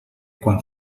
quan